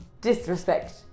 disrespect